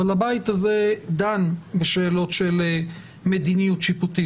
אבל הבית הזה דן בשאלות של מדיניות שיפוטית.